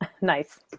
nice